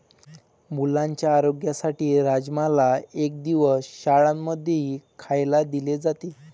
मुलांच्या आरोग्यासाठी राजमाला एक दिवस शाळां मध्येही खायला दिले जाते